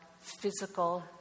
physical